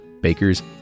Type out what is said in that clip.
Baker's